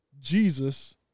Jesus